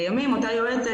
לימים אותה יועצת,